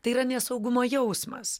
tai yra nesaugumo jausmas